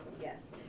yes